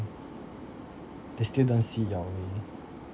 they still don't see your way